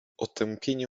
otępienie